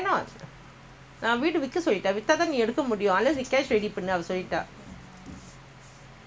நேத்துதாநாலுபேருபாத்தாங்கநான்ஒன்னும்சொல்லல:neethu tha naalu peeru paathaanka naan onnum sollala